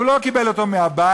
הוא לא קיבל אותה מהבית,